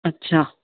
अच्छा